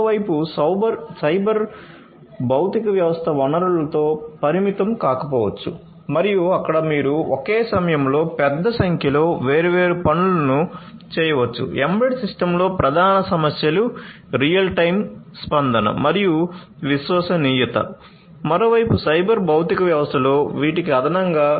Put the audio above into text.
మరోవైపు సైబర్ భౌతిక వ్యవస్థ వనరులతో పరిమితం